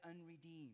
unredeemed